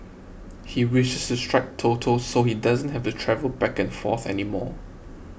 he wishes to strike Toto so he doesn't have to travel back and forth anymore